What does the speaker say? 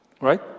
right